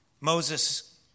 Moses